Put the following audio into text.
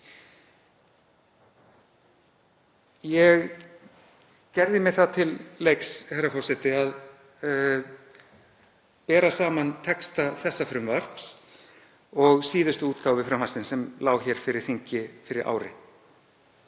Ég gerði mér það til leiks, herra forseti, að bera saman texta þessa frumvarps og síðustu útgáfu frumvarpsins sem lá hér fyrir þingi fyrir ári.